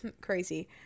crazy